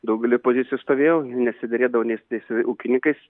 daugelį pozicijų stovėjau nesiderėdavau nei su tais ūkininkais